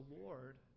Lord